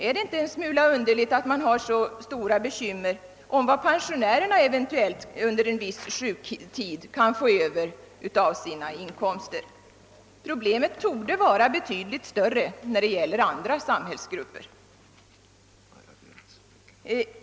Är det inte en smula underligt att man skall ha så stort bekymmer för vad pensionärerna eventuellt under en viss sjuktid kan få över av sina inkomster? Problemet torde vara betydligt större när det gäller andra samhällsgrupper.